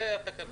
זו התקנה.